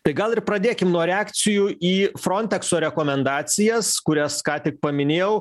tai gal ir pradėkim nuo reakcijų į frontekso rekomendacijas kurias ką ti paminėjau